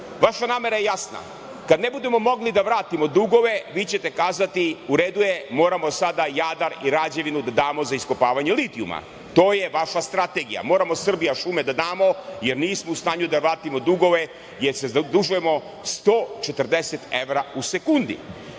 Vaša namera je jasna. Kada ne budemo mogli da vratimo dugove, vi ćete kazati – u redu je, moramo sada Jadar i Rađevinu da damo za iskopavanje litijuma. To je vaša strategija. Moramo „Srbijašume“ da damo jer nismo u stanju da vratimo dugove, jer se zadužujemo 140 evra u sekundi. Mnogo